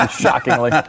Shockingly